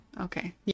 Okay